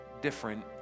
different